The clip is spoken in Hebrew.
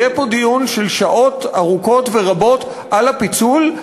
יהיה פה דיון של שעות ארוכות ורבות על הפיצול.